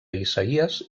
isaïes